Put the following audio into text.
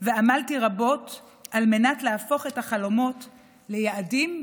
ועמלתי רבות על מנת להפוך את החלומות ליעדים בני-השגה.